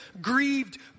grieved